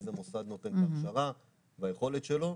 איזה מוסד נותן את ההכשרה והיכולת שלו.